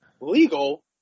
Legal